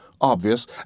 obvious